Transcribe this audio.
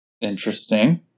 Interesting